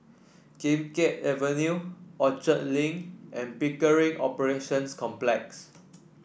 Kim Keat Avenue Orchard Link and Pickering Operations Complex